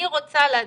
אני רוצה לדעת